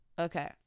Okay